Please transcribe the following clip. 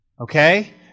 okay